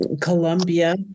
Colombia